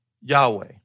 Yahweh